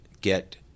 get